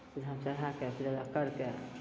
झाँप चढ़ैके फेर ओकरा करिके